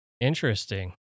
Interesting